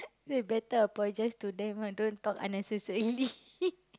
think I better apologise to them ah don't talk unnecessarily